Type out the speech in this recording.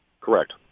Correct